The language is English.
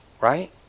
Right